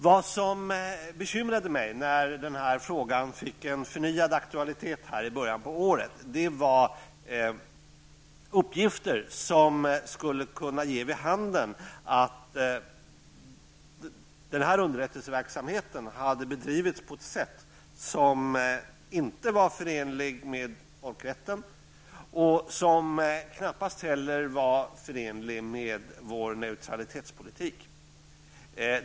Vad som bekymrade mig när frågan fick en förnyad aktualitet i början av året var uppgifter som skulle kunna ge vid handen att underrättelseverksamheten hade bedrivits på ett sätt som inte var förenligt med folkrätten och som knappast heller var förenligt med vår neutralitetspolitik.